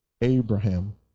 Abraham